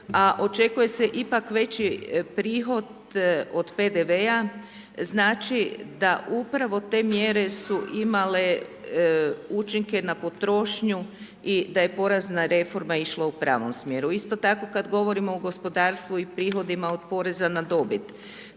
očekuje se ipak veći prihod od PDV-a, znači da upravo te mjere su imale učinke na potrošnju i da je porezna reforma išla u pravom smjeru. Isto tako kada govorimo o gospodarstvu i prihodima od poreza na dobit,